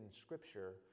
scripture